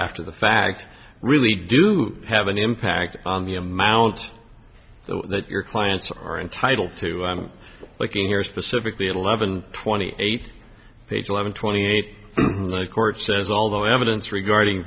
after the fact really do have an impact on the amount that your clients are entitled to liking here specifically at eleven twenty eight page eleven twenty eight the court says although evidence regarding